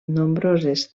nombroses